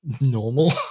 normal